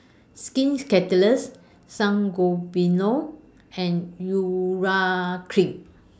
Skin Ceuticals Sangobion and Urea Cream